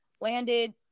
landed